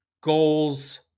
goals